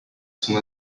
son